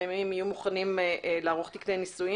אם הם יהיו מוכנים לערוך טקסי נישואין,